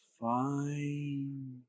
Fine